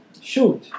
shoot